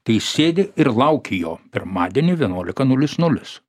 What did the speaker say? tai sėdi ir lauki jo pirmadienį vienuolika nulis nulis